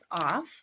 off